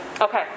okay